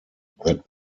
that